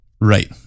Right